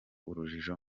urujijo